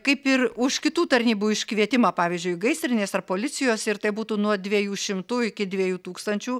kaip ir už kitų tarnybų iškvietimą pavyzdžiui gaisrinės ar policijos ir tai būtų nuo dviejų šimtų iki dviejų tūkstančių